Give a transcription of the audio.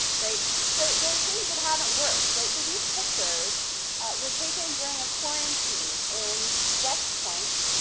right, so there are things that haven't worked, right, so these pictures were taken during a quarantine in west point,